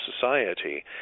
society